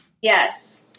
Yes